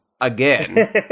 again